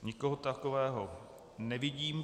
Nikoho takového nevidím.